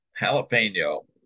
jalapeno